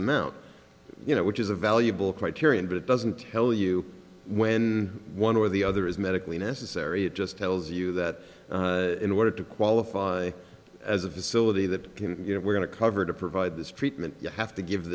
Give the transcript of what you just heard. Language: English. amount you know which is a valuable criterion but it doesn't tell you when one or the other is medically necessary it just tells you that in order to qualify as a facility that we're going to cover to provide this treatment you have to give